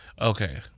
Okay